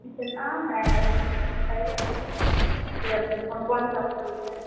इतना है बताइए लव कौन कौनसा फ्रूट है